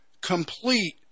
complete